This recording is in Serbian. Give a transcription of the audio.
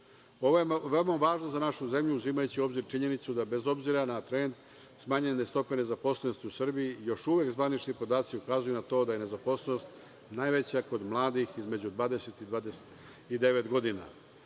je veoma važno za našu zemlju, imajući u obzir činjenicu da bez obzira na trend smanjene stope nezaposlenosti u Srbiji, još uvek zvanični podaci ukazuju na to da nezaposlenost najveća kod mladih između 20 i 29 godina.U